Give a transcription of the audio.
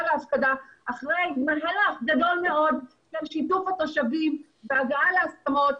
להפקדה אחרי מהלך גדול מאוד של שיתוף התושבים והגעה להסכמות.